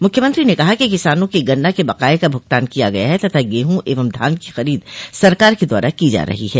मुख्यमंत्री ने कहा कि किसानों के गन्ना के बकाये का भुगतान किया गया है तथा गेहूं एवं धान की खरीद सरकार के द्वारा की जा रही है